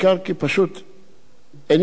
איני יודע מהו פרויקט שח"ף.